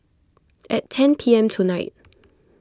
at ten P M tonight